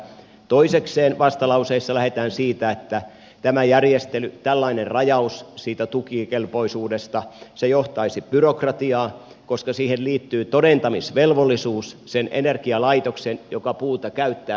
toisekseen vastalauseissa lähdetään siitä että tämä järjestely tällainen rajaus siitä tukikelpoisuudesta johtaisi byrokratiaan koska siihen liittyy todentamisvelvollisuus sen energialaitoksen kannalta joka puuta käyttää